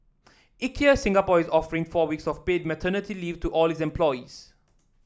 Ikea Singapore is offering four weeks of paid paternity leave to all its employees